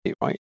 right